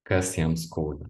kas jam skauda